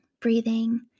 breathing